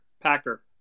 Packer